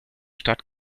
stadt